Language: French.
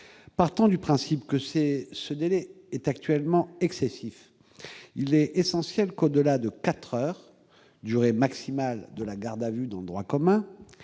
Partant du principe que ce délai est actuellement excessif, il est essentiel que, au-delà de quatre heures, durée maximale de la garde à vue, des explications